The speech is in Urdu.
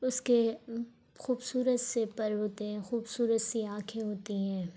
اس کے خوبصورت سے پر ہوتے ہیں خوبصورت سی آنکھیں ہوتی ہیں